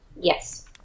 Yes